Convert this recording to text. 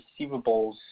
receivables